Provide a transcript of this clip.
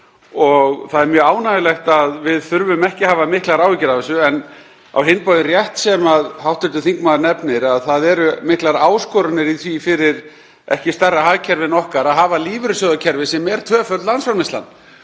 og það er mjög ánægjulegt að við þurfum ekki að hafa miklar áhyggjur af þessu. En á hinn bóginn er rétt sem hv. þingmaður nefnir, það eru miklar áskoranir í því fyrir ekki stærra hagkerfi en okkar að hafa lífeyrissjóðakerfi sem er tvöföld landsframleiðslan.